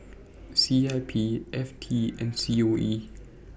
C I P F T and C O E